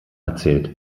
erzählt